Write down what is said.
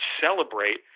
celebrate